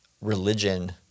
religion